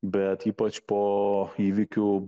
bet ypač po įvykių